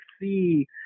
see